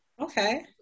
okay